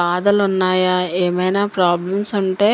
బాధలు ఉన్నాయా ఏమైన్న ప్రాబ్లమ్స్ ఉంటే